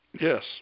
Yes